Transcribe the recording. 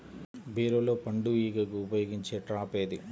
బీరలో పండు ఈగకు ఉపయోగించే ట్రాప్ ఏది?